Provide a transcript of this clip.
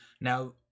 now